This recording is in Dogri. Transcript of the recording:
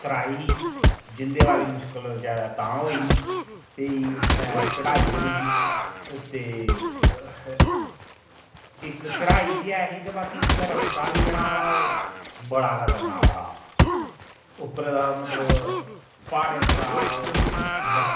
उतराई ही जंदे बारी मुश्कल तां होई ही भई उत्थें चढ़ाई बड़ी ही ते इक चढ़ाई बी ऐही बाकी उत्थें रस्ता बी जेह्ड़ा ओह् बड़ा खतरनाक हा उप्परे दा मतलब प्हाड़ें उप्पर दा ओह्